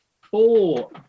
four